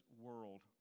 world